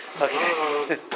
Okay